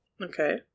Okay